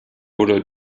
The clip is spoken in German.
oder